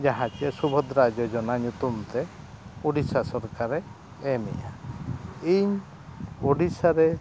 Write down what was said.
ᱡᱟᱦᱟᱸ ᱪᱮᱫ ᱥᱩᱵᱷᱚᱫᱨᱟ ᱡᱳᱡᱚᱱᱟ ᱧᱩᱛᱩᱢ ᱛᱮ ᱳᱰᱤᱥᱟ ᱥᱚᱨᱠᱟᱨᱮ ᱮᱢᱮᱜᱼᱟ ᱤᱧ ᱳᱰᱤᱥᱟ ᱨᱮ